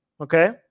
okay